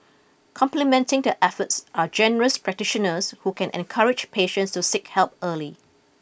complementing their efforts are general practitioners who can encourage patients to seek help early